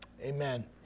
amen